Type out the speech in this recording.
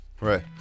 Right